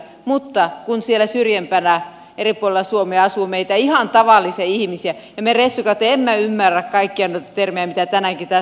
mutta kun siellä syrjempänä eri puolella suomea asuu meitä ihan tavallisia ihmisiä ja me ressukat emme ymmärrä kaikkia näitä termejä mitä tänäänkin tässä on sanottu